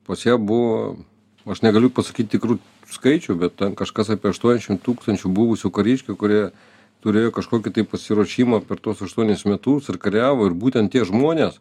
pas ją buvo aš negaliu pasakyt tikrų skaičių bet ten kažkas apie aštuoniasdešim tūkstančių buvusių kariškių kurie turėjo kažkokį tai pasiruošimą per tuos aštuonis metus ir kariavo ir būtent tie žmonės